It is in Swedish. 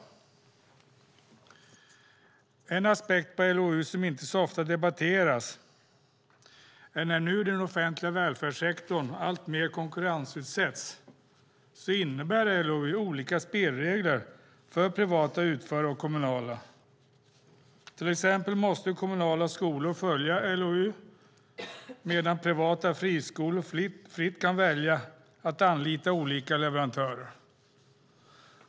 En aspekt på LOU som inte så ofta debatteras är att när nu den offentliga välfärdsektorn alltmer konkurrensutsätts innebär LOU olika spelregler för privata utförare och kommunala. Till exempel måste kommunala skolor följa LOU medan privata friskolor fritt kan välja att anlita olika leverantörer.